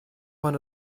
man